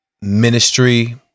ministry